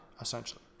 essentially